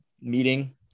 meeting